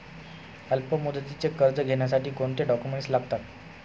अल्पमुदतीचे कर्ज घेण्यासाठी कोणते डॉक्युमेंट्स लागतात?